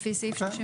לפי סעיף 38?